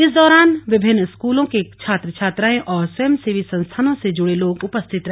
इस दौरान विभिन्न स्कूलो के छात्र छात्राएं और स्वयंसेवी संस्थानों से जुड़े लोग उपस्थित रहे